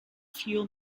fuel